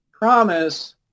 promise